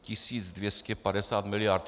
Tisíc dvě stě padesát miliard!